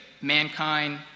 mankind